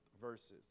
verses